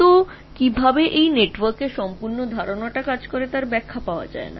তবে নেটওয়ার্কের এই পুরো ধারণাটি কিভাবে এটি কাজ করে এভাবে এখনও ব্যাখ্যা করা যায় না